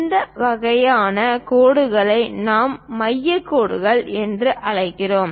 இந்த வகையான கோடுகளை நாம் மைய கோடுகள் என்று அழைக்கிறோம்